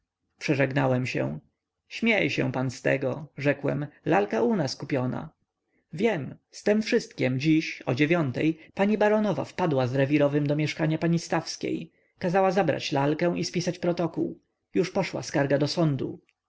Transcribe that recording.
przeżegnałem się śmiej się pan z tego rzekłem lalka u nas kupiona wiem odparł z tem wszystkiem dziś o dziewiątej pani baronowa wpadła z rewirowym do mieszkania pani stawskiej kazała zabrać lalkę i spisać protokół już poszła skarga do sądu